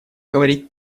говорить